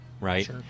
Right